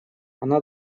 она